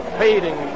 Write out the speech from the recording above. fading